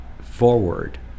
forward